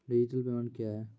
Digital payment क्या हैं?